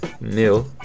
nil